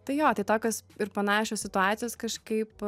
tai jo tai tokios ir panašios situacijos kažkaip